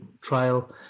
trial